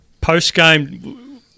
post-game